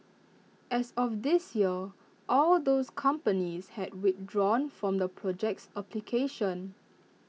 as of this year all of those companies had withdrawn from the project's application